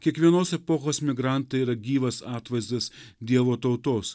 kiekvienos epochos migrantai yra gyvas atvaizdas dievo tautos